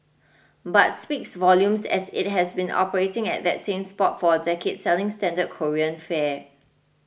but speaks volumes as it has been operating at that same spot for a decade selling standard Korean fare